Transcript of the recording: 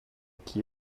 qui